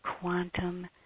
quantum